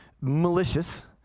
malicious